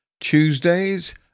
Tuesdays